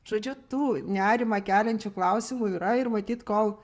žodžiu tų nerimą keliančių klausimų yra ir matyt kol